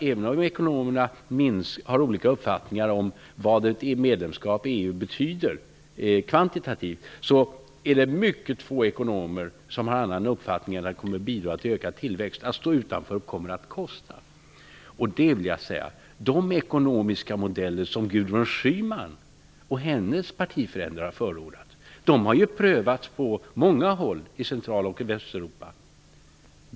Även om ekonomerna har olika uppfattningar om vad ett EU-medlemskap betyder kvantitativt, är det mycket få ekonomer som har någon annan uppfattning än att ett EU-medlemskap kommer att bidra till ökad tillväxt och att det kommer att kosta om vi står utanför. Och det vill jag säga: De ekonomiska modeller som Gudrun Schyman och hennes partifränder har förordat har ju prövats på många håll i Central och Östeuropa.